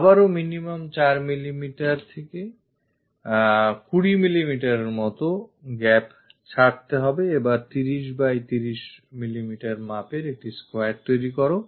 আবারও minimum 4mm 20 mm র মতো gap ছাড়তে হবে এবার 30mm by 30mm মাপের একটি square তৈরি করো